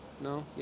No